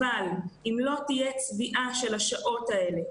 אבל אם לא תהיה צביעה של השעות האלה,